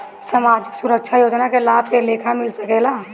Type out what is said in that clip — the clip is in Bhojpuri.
सामाजिक सुरक्षा योजना के लाभ के लेखा मिल सके ला?